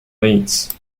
needs